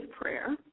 prayer